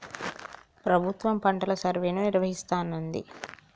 ప్రభుత్వం పంటల సర్వేను నిర్వహిస్తానంది